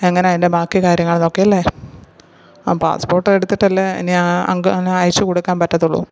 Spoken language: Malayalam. എങ്ങനെയാണ് അതിൻ്റെ ബാക്കി കാര്യങ്ങൾ എന്നൊക്കെ അല്ലേ ആ പാസ്പോർട്ട് എടുത്തിട്ടല്ലേ ഇനി അയച്ചു കൊടുക്കാൻ പറ്റത്തുള്ളൂ